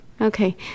Okay